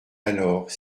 alors